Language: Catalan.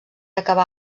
acabar